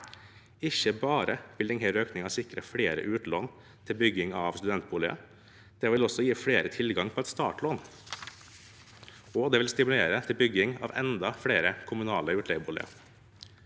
Ikke bare vil denne økningen sikre flere utlån til bygging av studentboliger, det vil også gi flere tilgang på et startlån, og det vil stimulere til bygging av enda flere kommunale utleieboliger.